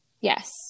Yes